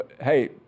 Hey